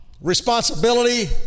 responsibility